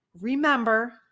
remember